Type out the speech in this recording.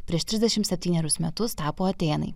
prieš trisdešim septynerius metus tapo atėnai